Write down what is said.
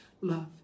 love